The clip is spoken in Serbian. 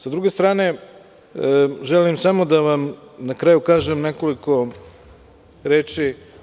Sa druge strane, želim samo da vam na kraju kažem nekoliko reči.